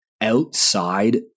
outside